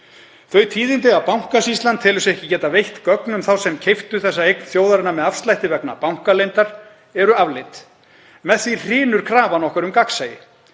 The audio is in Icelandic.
Þau tíðindi að Bankasýslan telur sig ekki geta veitt gögn um þá sem keyptu þessa eign þjóðarinnar með afslætti vegna bankaleyndar eru afleit. Með því hrynur krafa okkar um gagnsæi.